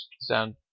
sound